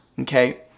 okay